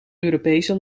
europese